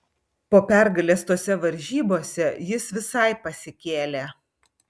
po pergalės tose varžybose jis visai pasikėlė